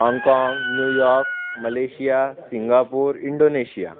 Hong Kong New York Malaysia Singapore Indonesia